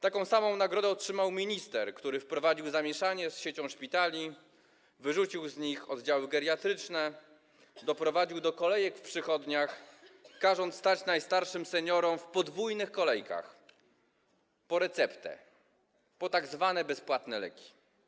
Taką samą nagrodę otrzymał minister, który wprowadził zamieszanie z siecią szpitali, wyrzucił z nich oddziały geriatryczne, doprowadził do kolejek w przychodniach, każąc stać najstarszym seniorom w podwójnych kolejkach po receptę na tzw. bezpłatne leki.